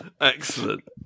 excellent